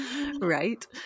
Right